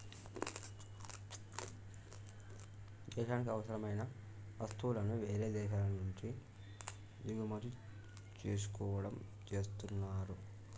దేశానికి అవసరమైన వస్తువులను వేరే దేశాల నుంచి దిగుమతి చేసుకోవడం చేస్తున్నరు